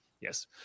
yes